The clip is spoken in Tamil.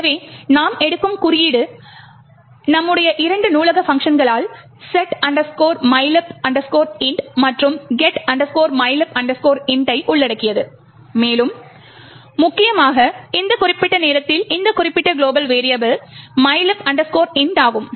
எனவே நாம் எடுக்கும் குறியீடு எங்கள் இரண்டு நூலக பங்க்ஷன்களான set mylib int மற்றும் get mylib int ஐ உள்ளடக்கியது மேலும் முக்கியமாக இந்த குறிப்பிட்ட நேரத்தில் இந்த குறிப்பிட்ட குளோபல் வெரியபிள் mylib int ஆகும்